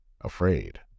afraid